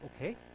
Okay